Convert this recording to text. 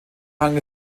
hang